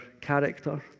character